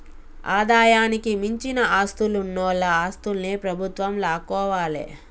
ఆదాయానికి మించిన ఆస్తులున్నోల ఆస్తుల్ని ప్రభుత్వం లాక్కోవాలే